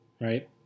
right